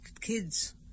kids